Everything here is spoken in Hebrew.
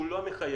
שהוא לא מחייב,